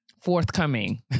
forthcoming